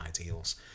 ideals